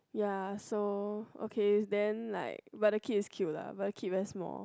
ya so okay then like but the kid is cute lah but the kid very small